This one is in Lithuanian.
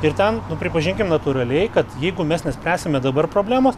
ir ten nu pripažinkim natūraliai kad jeigu mes nespręsime dabar problemos